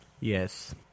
Yes